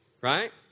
Right